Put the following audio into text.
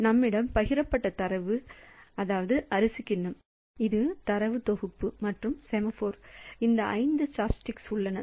நம்மிடம் பகிரப்பட்ட தரவு அரிசி கிண்ணமாகும் இது தரவு தொகுப்பு மற்றும் செமாஃபோர் இது சாப்ஸ்டிக் 5 இந்த 5 சாப்ஸ்டிக்ஸ் உள்ளன